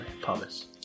promise